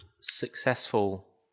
successful